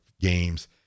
games